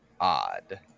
odd